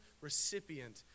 recipient